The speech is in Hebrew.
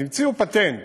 אז המציאו פטנט,